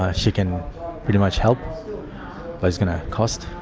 ah she can pretty much help but it's going to cost.